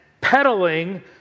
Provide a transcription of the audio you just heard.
peddling